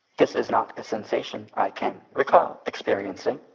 this is not a sensation i can recall experiencing,